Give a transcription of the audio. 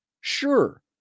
Sure